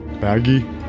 Baggy